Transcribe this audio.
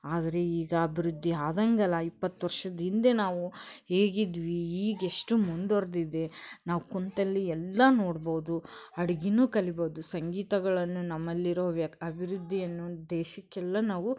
ಆದರೆ ಈಗ ಅಭಿವೃದ್ಧಿ ಆದಂಗೆಲ್ಲ ಇಪ್ಪತ್ತು ವರ್ಷದ ಹಿಂದೆ ನಾವು ಹೇಗಿದ್ವಿ ಈಗೆಷ್ಟು ಮುಂದುವರ್ದಿದೆ ನಾವು ಕುಂತಲ್ಲಿ ಎಲ್ಲ ನೋಡ್ಬೋದು ಅಡ್ಗೆನೂ ಕಲೀಬೋದು ಸಂಗೀತಗಳನ್ನು ನಮ್ಮಲ್ಲಿರೋ ವ್ಯ ಅಭಿವೃದ್ಧಿಯನ್ನು ದೇಶಕ್ಕೆಲ್ಲ ನಾವು